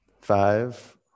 Five